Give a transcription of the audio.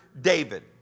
David